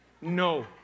No